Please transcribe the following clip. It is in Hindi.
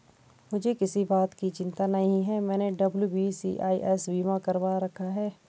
मुझे किसी बात की चिंता नहीं है, मैंने डब्ल्यू.बी.सी.आई.एस बीमा करवा रखा था